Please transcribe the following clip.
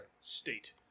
State